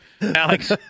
Alex